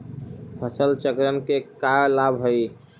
फसल चक्रण के का लाभ हई?